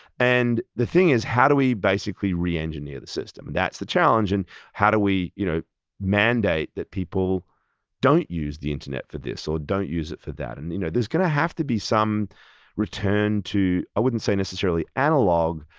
and the thing is how do we basically re-engineer the system? that's the challenge. and how how do we you know mandate that people don't use the internet for this or don't use it for that? and you know there's going to have to be some return to, i wouldn't say necessarily analog,